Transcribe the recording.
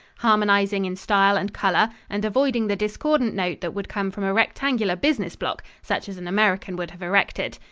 harmonizing in style and color, and avoiding the discordant note that would come from a rectangular business block such as an american would have erected.